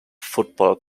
football